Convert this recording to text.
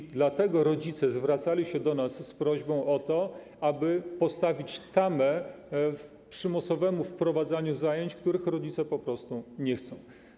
I dlatego rodzice zwracali się do nas z prośbą o to, aby postawić tamę przymusowemu wprowadzaniu zajęć, których rodzice po prostu nie chcą.